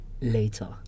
later